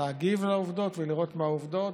להגיב לעובדות ולראות מה העובדות.